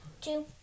Two